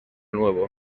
nuevo